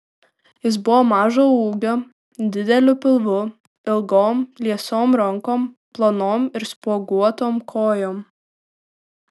jis buvo mažo ūgio dideliu pilvu ilgom liesom rankom plonom ir spuoguotom kojom